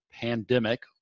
pandemic